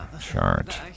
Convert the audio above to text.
chart